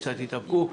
שקצת יתאפקו.